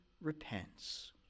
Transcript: repents